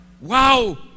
wow